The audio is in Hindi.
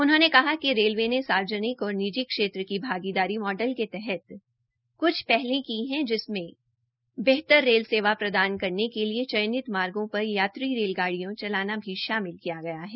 उन्होंने कहा कि रेलवे ने सार्वजनिक और निजी क्षेत्र की भागीदारी मॉडल के तहत क्छ पहल की है जिसमें बेहतर रेल सेवा प्रदान करने के लिए चयनित मार्गो पर यात्रियों रेलगाडियों चलाना भी शामिल किया गया है